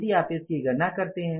यदि आप इसकी गणना करते हैं